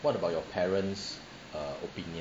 what about your parents err opinion